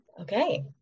Okay